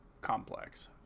complex